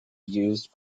used